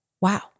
Wow